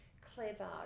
clever